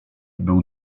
był